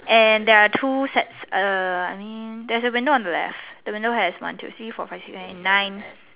and there are two sets err I mean there's a window on the left the window has one two three four five six seven eight nine